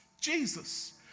Jesus